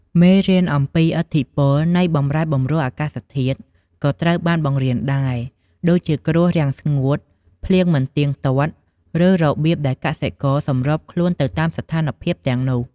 មេរៀនអំពីឥទ្ធិពលនៃបម្រែបម្រួលអាកាសធាតុក៏ត្រូវបានបង្រៀនដែរ ដូចជាគ្រោះរាំងស្ងួត ភ្លៀងមិនទៀងទាត់ ឬ របៀបដែលកសិករសម្របខ្លួនទៅតាមស្ថានភាពទាំងនោះ។